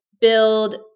build